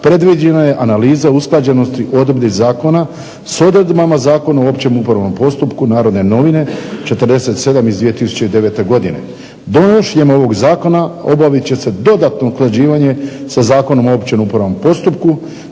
predviđena je analiza usklađenosti odredbi zakona s odredbama Zakona o općem upravnom postupku "Narodne novine" 47 iz 2009. godine. Donošenjem ovog zakona obavit će se dodatno usklađivanje sa Zakonom o općem upravnom postupku,